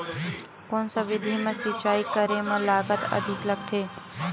कोन सा विधि म सिंचाई करे म लागत अधिक लगथे?